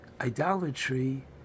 idolatry